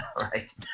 right